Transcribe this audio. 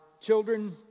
children